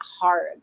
hard